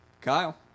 Kyle